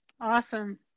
Awesome